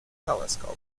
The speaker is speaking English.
telescope